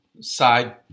side